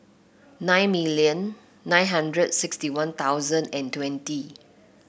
nine million nine hundred sixty One Thousand and twenty